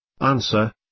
Answer